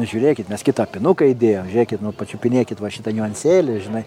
žiūrėkit mes kitą apynuką įdėjom žiūrėkit nu pačiupinėkit va šitą niuansėlį žinai